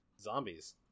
Zombies